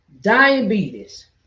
Diabetes